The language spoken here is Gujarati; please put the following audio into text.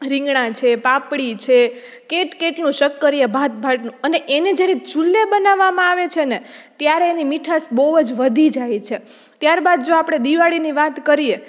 રીંગણા છે પાપડી છે કેટકેટલું શક્કરીયાં ભાતભાતનું અને એને જ્યારે ચૂલે બનાવવામાં આવે છે ને ત્યારે એની મીઠાસ બહુ જ વધી જાય છે ત્યારબાદ આપણે જો દિવાળીની વાત કરીએ